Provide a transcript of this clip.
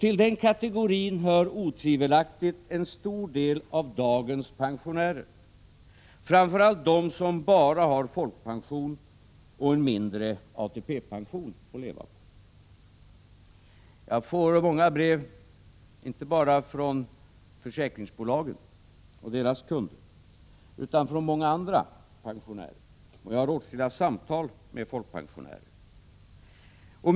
Till den kategorin hör otvivelaktigt en stor del av dagens pensionärer, framför allt de som bara har folkpension och en mindre ATP-pension att leva på. Jag får många brev från folkpensionärer, inte bara från försäkringsbolagen och deras kunder, och jag har åtskilliga samtal med folkpensionärer.